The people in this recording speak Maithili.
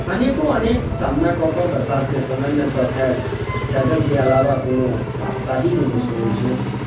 अनेको अनेक सामना कऽ कऽ बरसातके समयमे तऽ खैर पैदलके अलावा कोनो रास्ता ही नहि बचि पबैत छै